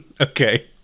Okay